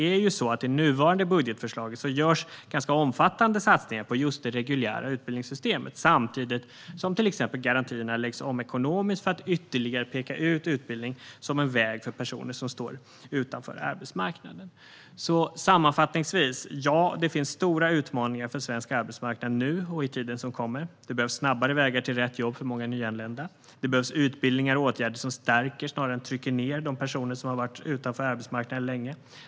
I nuvarande budgetförslag görs omfattande satsningar på just det reguljära utbildningssystemet samtidigt som till exempel garantierna läggs om ekonomiskt för att ytterligare peka ut utbildning som en väg för personer som står utanför arbetsmarknaden. Ja, det finns stora utmaningar för svensk arbetsmarknad nu och i tiden som kommer. Det behövs snabbare vägar till rätt jobb för många nyanlända. Det behövs utbildningar och åtgärder som stärker snarare än trycker ned de personer som länge har varit utanför arbetsmarknaden.